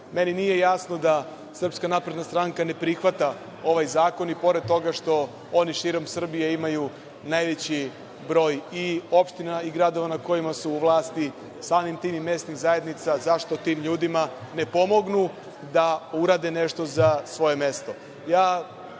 nije jasno da Srpska napredna stranka ne prihvata ovaj zakon, i pored toga što oni širom Srbije imaju najveći broj i opština i gradova na kojima su u vlasti, samim tim i mesnih zajednica, zašto tim ljudima ne pomognu da urade nešto za svoje